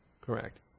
Correct